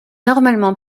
normalement